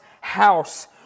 house